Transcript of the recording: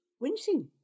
wincing